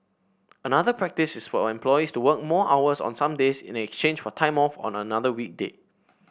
another practice is for employees to work more hours on some days in exchange for time off on another weekday